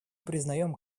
признаем